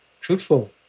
truthful